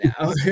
now